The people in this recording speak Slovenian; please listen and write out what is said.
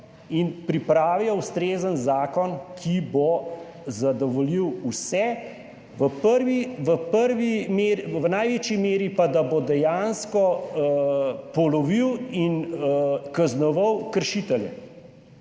in pripravijo ustrezen zakon, ki bo zadovoljil vse, v največji meri pa tudi to, da bo dejansko polovil in kaznoval kršitelje.